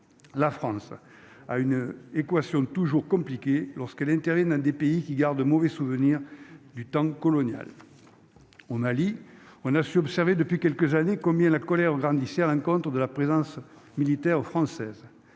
la France a une équation toujours compliqué lorsqu'elles interviennent dans des pays qui garde mauvais souvenir du temps colonial on allie on a vous savez, depuis quelques années, comme il y a la colère grandissait à l'encontre de la présence militaire française,